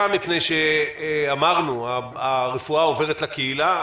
מפני שאמרנו: הרפואה עוברת לקהילה,